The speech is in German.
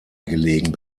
gelegen